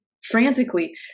Frantically